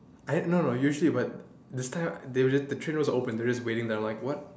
I no no no usually but the staff that the train was open and just waiting there like what